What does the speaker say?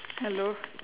hello